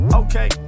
okay